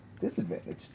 disadvantage